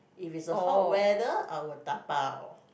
if is a hot weather I will dabao